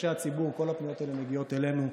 רחשי הציבור, כל הפניות האלה מגיעות אלינו,